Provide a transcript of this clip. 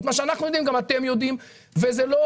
מה שאנחנו יודעים גם אתם יודעים, וזה לא